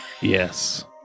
Yes